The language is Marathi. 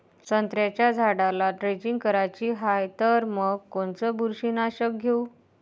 संत्र्याच्या झाडाला द्रेंचींग करायची हाये तर मग कोनच बुरशीनाशक घेऊ?